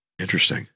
Interesting